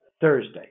Thursday